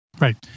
Right